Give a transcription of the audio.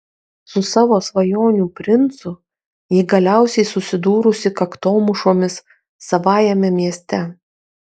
su savo svajonių princu ji galiausiai susidūrusi kaktomušomis savajame mieste